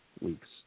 weeks